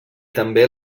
també